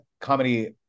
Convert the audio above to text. comedy